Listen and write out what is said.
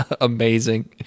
amazing